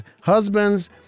Husbands